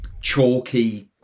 Chalky